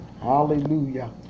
hallelujah